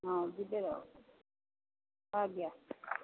ହଁ ଯିବେ ଆଉ ଆଜ୍ଞା